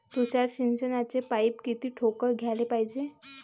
तुषार सिंचनाचे पाइप किती ठोकळ घ्याले पायजे?